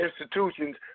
institutions